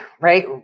right